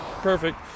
Perfect